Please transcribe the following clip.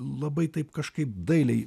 labai taip kažkaip dailiai